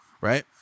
right